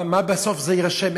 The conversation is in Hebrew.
מה בסוף יירשם?